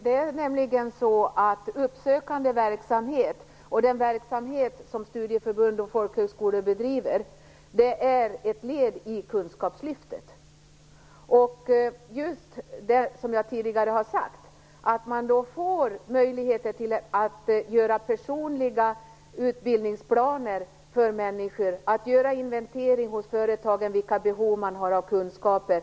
Fru talman! Uppsökande verksamhet, och den verksamhet som studieförbund och folkhögskolor bedriver, är ett led i Kunskapslyftet. Som jag tidigare har sagt, får man då möjligheter att göra personliga utbildningsplaner för människor och att göra inventeringar hos företagen om vilka behov dessa har av kunskaper.